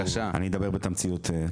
אני אדבר בתמציתיות.